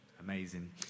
Amazing